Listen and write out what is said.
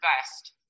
best